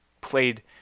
played